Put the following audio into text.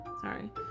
Sorry